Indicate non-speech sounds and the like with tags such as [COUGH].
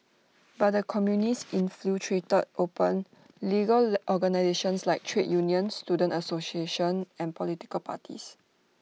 but the communists infiltrated open legal [UNINTELLIGIBLE] organisations like trade unions student associations and political parties